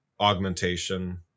Augmentation